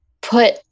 put